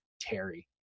Terry